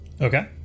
Okay